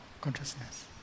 consciousness